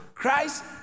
Christ